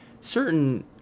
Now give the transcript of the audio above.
certain